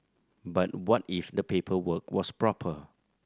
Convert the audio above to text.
but what if the paperwork was proper